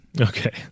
Okay